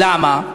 למה?